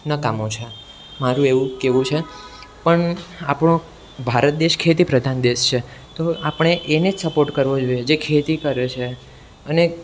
નકામું છે મારું એવું કહેવું છે પણ આપણો ભારત દેશ ખેતી પ્રધાન દેશ છે તો આપણે એને જ સપોટ કરવો જોઈએ જે ખેતી કરે છે અને